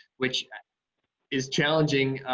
which is challenging